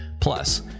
Plus